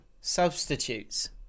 substitutes